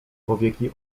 powieki